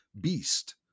beast